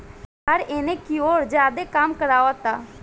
सरकार एने कियोर ज्यादे काम करावता